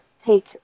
take